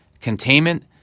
containment